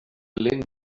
lint